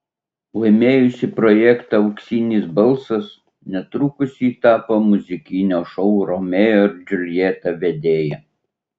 laimėjusi projektą auksinis balsas netrukus ji tapo muzikinio šou romeo ir džiuljeta vedėja